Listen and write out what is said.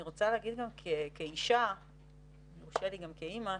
אני רוצה להגיד גם כאישה ואם יורשה לי גם כאמא,